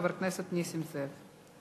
חבר הכנסת נסים זאב.